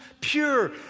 pure